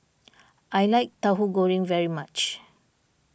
I like Tauhu Goreng very much